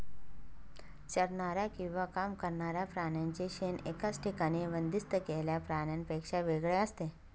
चरणाऱ्या किंवा काम करणाऱ्या प्राण्यांचे शेण एकाच ठिकाणी बंदिस्त केलेल्या प्राण्यांपेक्षा वेगळे असते